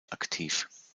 aktiv